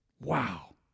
Wow